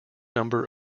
number